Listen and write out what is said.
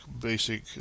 basic